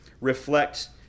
reflect